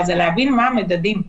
זה להבין מה המדדים.